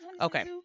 Okay